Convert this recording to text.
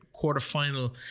quarterfinal